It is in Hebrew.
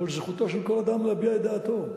אבל זכותו של כל אדם להביע את דעתו,